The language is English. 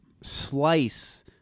Slice